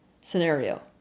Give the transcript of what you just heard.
scenario